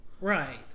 right